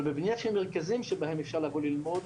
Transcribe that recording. אבל בבניין של מרכזים שבהם אפשר לבוא ללמוד,